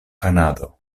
kanado